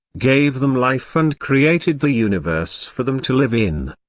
gave them life and created the universe for them to live in.